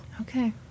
Okay